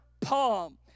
palm